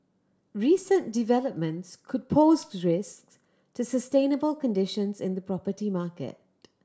recent developments could pose risks to sustainable conditions in the property market